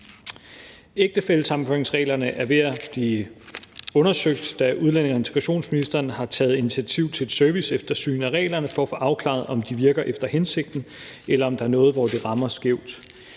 Ægtefællesammenføringsreglerne er desuden ved at blive undersøgt, da udlændinge- og integrationsministeren har taget initiativ til et serviceeftersyn af reglerne for at få afklaret, om de virker efter hensigten, eller om det er nogle steder, hvor de rammer skævt.